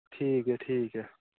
ठीक ऐ ठीक ऐ